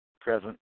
present